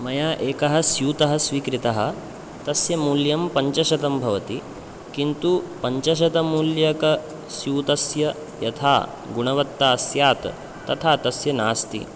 मया एकः स्यूतः स्वीकृतः तस्य मूल्यं पञ्चशतं भवति किन्तु पञ्चशतमूल्यकस्यूतस्य यथा गुणवत्ता स्यात् तथा तस्य नास्ति